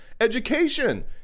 Education